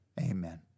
amen